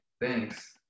Thanks